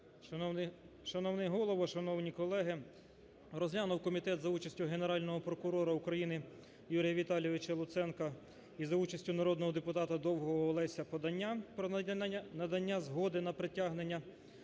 Шановний Голово, шановні колеги, розглянув комітет за участю Генерального прокурора України Юрія Віталійовича Луценка і за участю народного депутата Довгого Олеся подання про надання згоди на притягнення